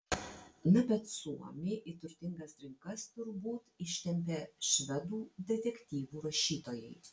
na bet suomį į turtingas rinkas turbūt ištempė švedų detektyvų rašytojai